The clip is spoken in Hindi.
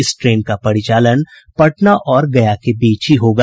इस ट्रेन का परिचालन पटना और गया के बीच ही होगा